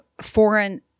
foreign